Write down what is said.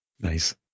Nice